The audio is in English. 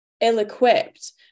ill-equipped